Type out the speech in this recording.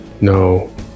No